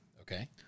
Okay